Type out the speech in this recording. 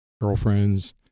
Girlfriends